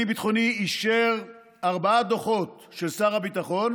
ביטחוני אישר ארבעה דוחות של שר הביטחון